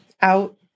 out